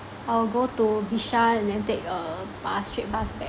I'll go to bishan and then take a bus straight bus back